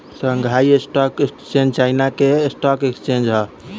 Shanghai stock exchange China के stock exchange ह